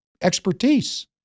expertise